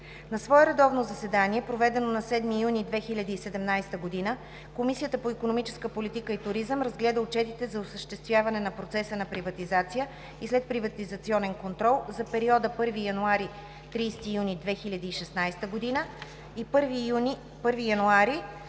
На свое редовно заседание, проведено на 7 юни 2017 г., Комисията по икономическа политика и туризъм разгледа отчетите за осъществяване на процеса на приватизация и следприватизационен контрол за периода 1 януари – 30 юни 2016 г. и 1 януари